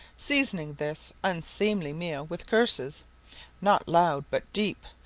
seasoning this unseemly meal with curses not loud but deep,